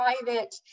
private